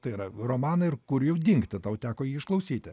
tai yra romaną ir kur jau dingti tau teko jį išklausyti